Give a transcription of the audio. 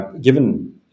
given